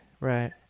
right